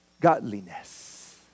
godliness